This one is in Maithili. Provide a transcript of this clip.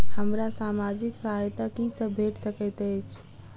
हमरा सामाजिक सहायता की सब भेट सकैत अछि?